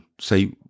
say